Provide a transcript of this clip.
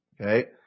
okay